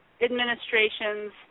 administration's